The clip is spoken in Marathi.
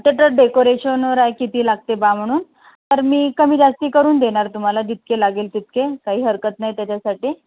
तर तर डेकोरेशनवर आहे किती लागते बा म्हणून तर मी कमी जास्त करून देणार तुम्हाला जितके लागेल तितके काही हरकत नाही त्याच्यासाठी